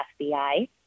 FBI